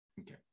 Okay